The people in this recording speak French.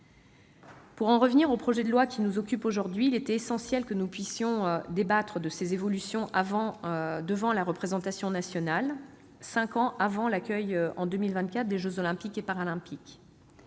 Pour en revenir au projet de loi qui nous occupe aujourd'hui, il était essentiel que nous puissions débattre de ces évolutions devant la représentation nationale, cinq ans avant l'accueil, en 2024, des Jeux Olympiques et Paralympiques.